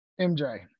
MJ